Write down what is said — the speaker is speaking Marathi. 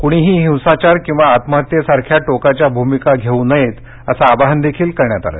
कुणीही हिंसाचार किंवा आत्महत्येसारख्या टोकाच्या भूमिका घेऊ नयेत असं आवाहन देखील करण्यात आलं